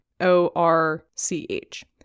O-R-C-H